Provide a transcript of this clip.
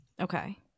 Okay